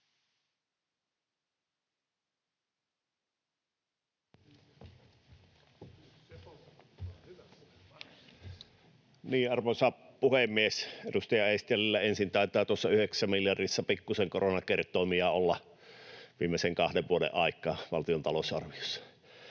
Arvoisa puhemies! Edustaja Eestilälle ensin: taitaa tuossa 9 miljardissa pikkusen koronakertoimia olla viimeisen kahden vuoden ajalta valtion talousarviossa.